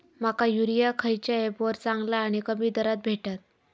माका युरिया खयच्या ऍपवर चांगला आणि कमी दरात भेटात?